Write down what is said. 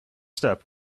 step